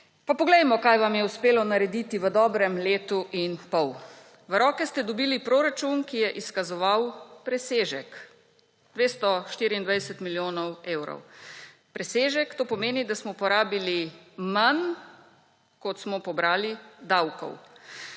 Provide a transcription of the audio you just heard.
Pa poglejmo, kaj vam je uspelo narediti v dobrem letu in pol. V roke ste dobili proračun, ki je izkazoval presežek 224 milijonov evrov. Presežek, to pomeni, da smo porabili manj, kot smo pobrali davkov.